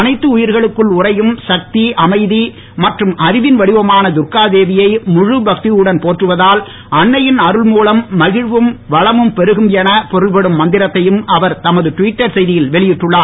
அனைத்து உயிர்களுக்குள் உறையும் சக்தி அமைதி மற்றும் அறிவின் வடிவமான துர்காதேவியை முழு பக்தியுடன் போற்றுவதால் அன்னையின் அருள் மூலம் மகிழ்ச்சியும் வளமும் பெருகும் எனப் பொருள்படும் மந்திரத்தையும் அவர் தமது டுவிட்டர் செய்தியில் வெளியிட்டுள்ளார்